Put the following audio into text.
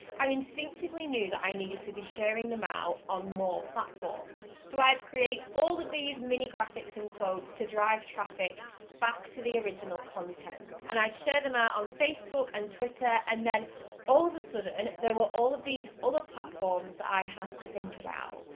i instinctively knew that i needed to be sharing them out on more platforms. so i'd create all of these mini graphics and quotes to drive traffic back to the original content, and i'd share them out on facebook and twitter. and then all of a sort of sudden there were all of these other platforms i had to think about.